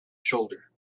shoulder